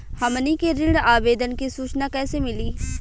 हमनी के ऋण आवेदन के सूचना कैसे मिली?